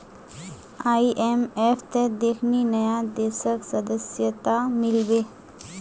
आईएमएफत देखनी नया देशक सदस्यता मिल बे